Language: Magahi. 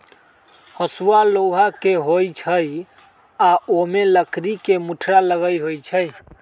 हसुआ लोहा के होई छई आ ओमे लकड़ी के मुठरा लगल होई छई